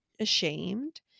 ashamed